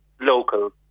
local